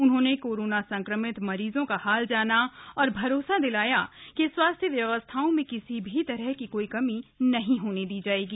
उन्होंने कोरोना संक्रमित मरीजों का हाल जाना और भरोसा दिलाया कि स्वास्थ्य व्यवस्थाओं में किसी भी तरह की कमी नहीं होने दी जाएगी